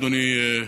אדוני,